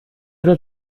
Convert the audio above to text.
oder